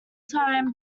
time